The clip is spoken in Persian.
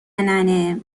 ننه